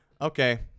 Okay